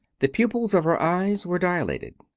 the pupils of her eyes were dilated.